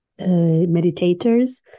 meditators